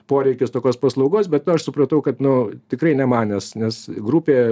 poreikis tokios paslaugos bet aš supratau kad nu tikrai ne man nes nes grupė